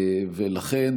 לכן,